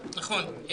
נכון.